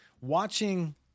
Watching